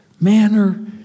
manner